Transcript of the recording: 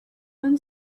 one